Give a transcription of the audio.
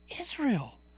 Israel